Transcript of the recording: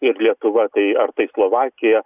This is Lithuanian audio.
ir lietuva tai ar tai slovakija